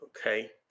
Okay